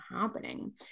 happening